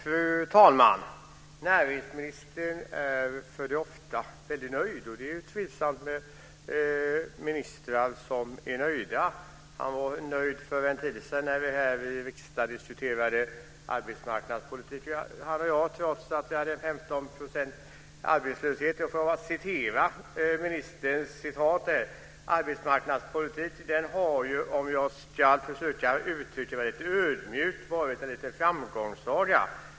Fru talman! Näringsministern är för det mesta väldigt nöjd. Det är ju trivsamt med ministrar som är nöjda. Han var nöjd för en tid sedan när han och jag här i riksdagen diskuterade arbetsmarknadspolitik, trots att vi hade 15 % arbetslöshet. Jag får citera ministerns uttalande: Arbetsmarknadspolitiken har, "om jag ska försöka uttrycka mig lite ödmjukt, varit en liten framgångssaga.